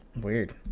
Weird